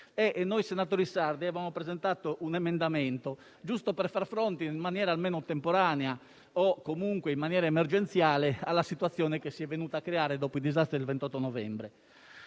Noi senatori sardi abbiamo presentato un emendamento, giusto per far fronte in maniera almeno temporanea o comunque emergenziale alla situazione che si è venuta a creare dopo i disastri del 28 novembre.